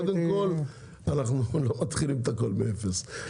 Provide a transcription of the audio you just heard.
קודם כל אנחנו לא מתחילים את הכל מאפס,